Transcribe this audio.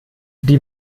die